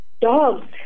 dogs